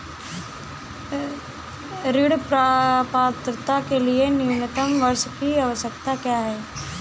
ऋण पात्रता के लिए न्यूनतम वर्ष की आवश्यकता क्या है?